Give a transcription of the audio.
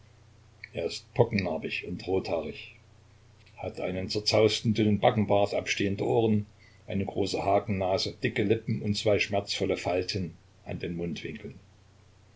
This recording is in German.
er ist pockennarbig und rothaarig hat einen zerzausten dünnen backenbart abstehende ohren eine große hakennase dicke lippen und zwei schmerzvolle falten an den mundwinkeln